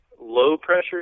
low-pressure